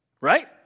right